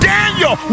Daniel